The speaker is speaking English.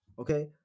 okay